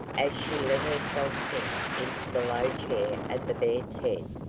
as she let herself sink into the low chair at the bed's head.